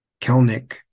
Kelnick